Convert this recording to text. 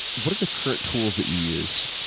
what are the current tools that you use?